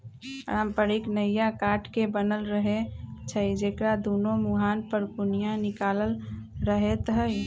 पारंपरिक नइया काठ के बनल रहै छइ जेकरा दुनो मूहान पर कोनिया निकालल रहैत हइ